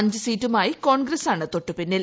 അഞ്ച് സീറ്റുമായി കോൺഗ്രസാണ് കൃതിട്ടു പിന്നിൽ